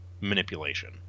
manipulation